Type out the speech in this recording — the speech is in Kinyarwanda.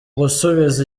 gusubiza